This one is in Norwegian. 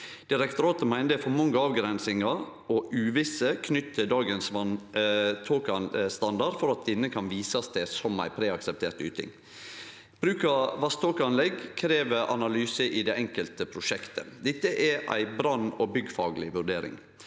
Direktoratet meiner det er for mange avgrensingar og for mykje uvisse knytt til dagens vasståkestandard til at han kan visast til som preakseptert yting. Bruk av vasståkeanlegg krev analyse i det enkelte prosjektet. Dette er ei brann- og byggfagleg vurdering.